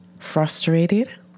Frustrated